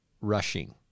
rushing